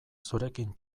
zurekin